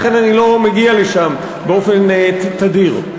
לכן אני לא מגיע לשם באופן תדיר.